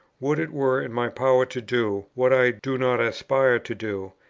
would it were in my power to do, what i do not aspire to do!